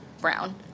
Brown